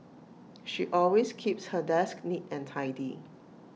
she always keeps her desk neat and tidy